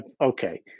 okay